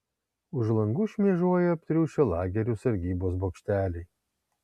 už langų šmėžuoja aptriušę lagerių sargybos bokšteliai